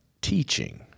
teaching